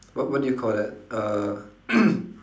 what what do you call that uh